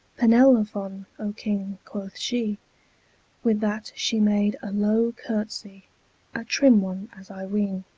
penelophon, o king, quoth she with that she made a lowe courtsey a trim one as i weene.